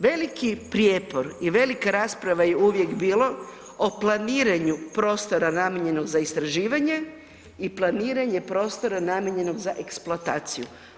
Veliki prijepor i velika rasprava je uvijek bilo o planiranju prostora namijenjenog za istraživanje i planiranje prostora namijenjenog za eksploataciju.